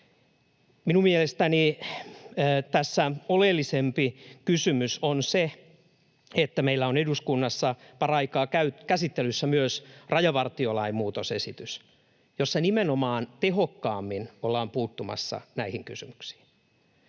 Minun mielestäni tässä oleellisempi kysymys on se, että meillä on eduskunnassa paraikaa käsittelyssä myös rajavartiolain muutosesitys, jossa nimenomaan tehokkaammin ollaan puuttumassa näihin kysymyksiin.